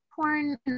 porn